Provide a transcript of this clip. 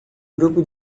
grupo